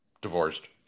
divorced